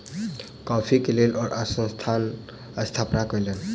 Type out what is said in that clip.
coffee के लेल ओ संस्थानक स्थापना कयलैन